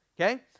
okay